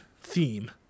theme